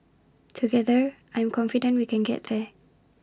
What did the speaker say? together I'm confident we can get there